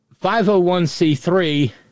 501c3